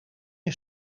een